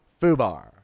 fubar